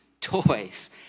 toys